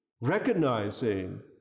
recognizing